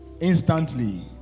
instantly